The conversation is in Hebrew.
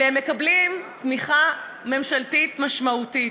והם מקבלים תמיכה ממשלתית משמעותית.